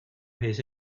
his